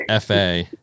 FA